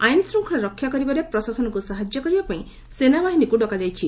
ଆଇନଶ୍ରଙ୍ଖଳା ରକ୍ଷା କରିବାରେ ପ୍ରଶାସନକୁ ସାହାଯ୍ୟ କରିବା ପାଇଁ ସେନାବାହିନୀକୁ ଡକାଯାଇଛି